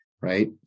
right